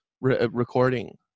recording